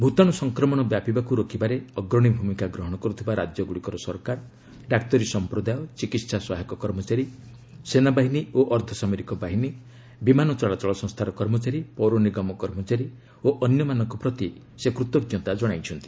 ଭୂତାଣୁ ସଂକ୍ରମଣ ବ୍ୟାପିବାକୁ ରୋକିବାରେ ଅଗ୍ରଣୀ ଭୂମିକା ଗ୍ରହଣ କରୁଥିବା ରାଜ୍ୟଗୁଡ଼ିକର ସରକାର ଡାକ୍ତରୀ ସଂପ୍ରଦାୟ ଚିକିତ୍ସା ସହାୟକ କର୍ମଚାରୀ ସେନାବାହିନୀ ଓ ଅର୍ଦ୍ଧସାମରିକ ବାହିନୀ ବିମାନ ଚଳାଚଳ ସଂସ୍କାର କର୍ମଚାରୀ ପୌର ନିଗମ କର୍ମଚାରୀ ଓ ଅନ୍ୟମାନଙ୍କ ପ୍ରତି ସେ କୃତଜ୍ଞତା ଜଣାଇଛନ୍ତି